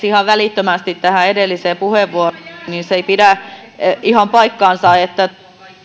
ihan välittömästi tähän edelliseen puheenvuoroon se ei pidä ihan paikkaansa että näiden